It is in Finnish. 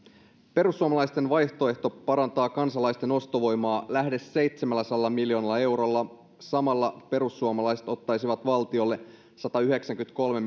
perussuomalaisten vaihtoehto parantaa kansalaisten ostovoimaa lähes seitsemälläsadalla miljoonalla eurolla samalla perussuomalaiset ottaisivat valtiolle satayhdeksänkymmentäkolme